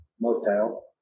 motel